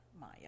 Maya